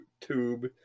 tube